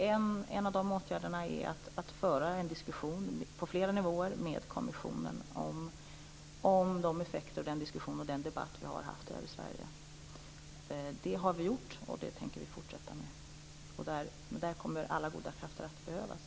En sådan åtgärd är att på flera nivåer föra en diskussion med kommissionen om de effekter och den diskussion som vi har haft i Sverige. Det har vi gjort och det tänker vi fortsätta med, och där kommer alla goda krafter att behövas.